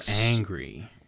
angry